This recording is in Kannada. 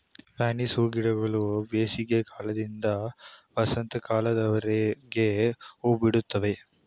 ಫ್ಯಾನ್ಸಿ ಹೂಗಿಡಗಳು ಬೇಸಿಗೆ ಕಾಲದಿಂದ ವಸಂತ ಕಾಲದವರೆಗೆ ಹೂಬಿಡುತ್ತವೆ